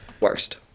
Worst